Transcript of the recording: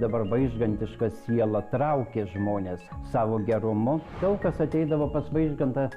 dabar vaižgantiška siela traukė žmones savo gerumu daug kas ateidavo pas vaižgantą